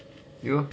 you